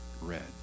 red